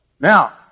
Now